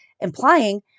implying